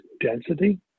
density